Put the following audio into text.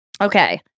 Okay